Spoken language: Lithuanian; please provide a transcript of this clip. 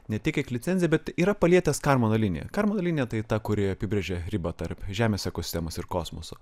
ne tiek kiek licenciją bet yra palietęs karmano liniją karmano linija tai ta kuri apibrėžia ribą tarp žemės ekosistemos ir kosmoso